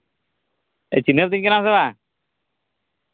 ᱪᱤᱱᱦᱟᱹᱣᱤᱧ ᱠᱟᱱᱟᱢ ᱥᱮ ᱵᱟᱝ